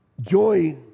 joy